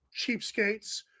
cheapskates